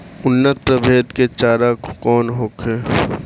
उन्नत प्रभेद के चारा कौन होखे?